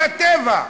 זה הטבע.